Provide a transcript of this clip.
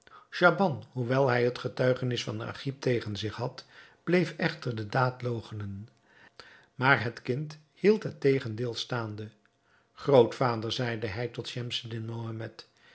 schaban hoewel hij het getuigenis van agib tegen zich had bleef echter de daad loochenen maar het kind hield het tegendeel staande grootvader zeide hij tot schemseddin mohammed